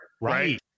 Right